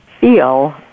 feel